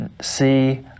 see